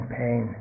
pain